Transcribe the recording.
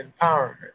empowerment